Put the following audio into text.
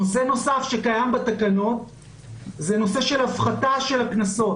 נושא נוסף שקיים בתקנות זה נושא של הפחתה של הקנסות.